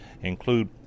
include